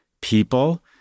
people